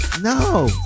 no